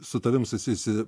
su tavim susijusi